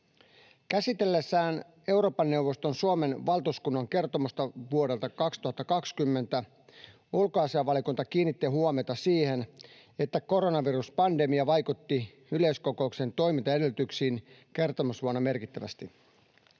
Käsitellessään Euroopan neuvoston Suomen valtuuskunnan kertomusta vuodelta 2020 ulkoasiainvaliokunta kiinnitti huomiota siihen, että koronaviruspandemia vaikutti yleiskokouksen toimintaedellytyksiin kertomusvuonna merkittävästi.